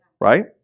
right